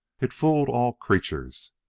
it fooled all creatures.